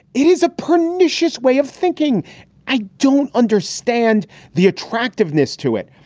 it is a pernicious way of thinking i don't understand the attractiveness to it.